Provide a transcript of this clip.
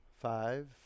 Five